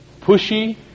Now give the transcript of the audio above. pushy